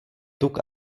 tuk